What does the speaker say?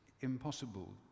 impossible